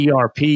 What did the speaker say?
ERP